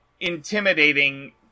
intimidating